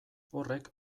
horrek